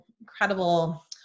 incredible